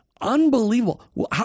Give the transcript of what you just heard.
Unbelievable